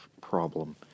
problem